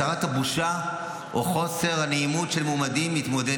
הסרת הבושה או חוסר הנעימות של מועמדים מתמודדי